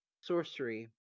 sorcery